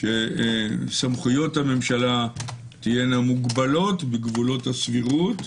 שסמכויות הממשלה תהיינה מוגבלות בגבולות הסבירות,